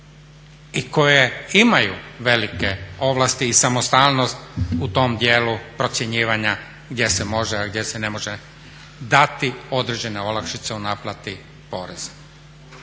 i koje imaju velike ovlasti i samostalnost u tom dijelu procjenjivanja gdje se može, a gdje se ne može dati određene olakšice u naplati poreza.